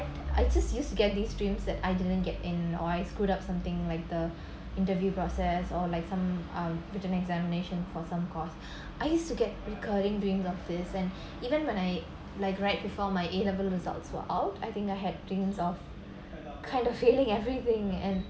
I just used to get these dreams that I didn't get in or I screwed up something like the interview process or like some uh written examination for some course I used to get recurring dreams of this and even when I like right before my a level results were out I think I had dreams of kind of feeling everything and